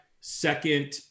second